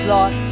Lord